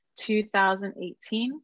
2018